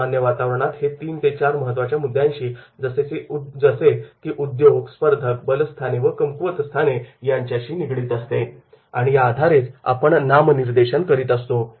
सामान्य वातावरणात हे तीन ते चार महत्त्वाच्या मुद्द्यांशी जसे की उद्योग स्पर्धक बलस्थाने व कमकुवतस्थाने यांच्याशी निगडीत असते आणि या आधारेच आपण नामनिर्देशन करीत असतो